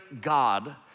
God